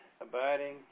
Abiding